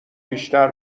بیشتر